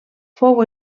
fou